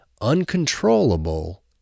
uncontrollable